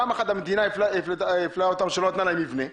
פעם אחת המדינה הפלתה אותם שלא נתנה להם מבנה,